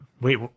Wait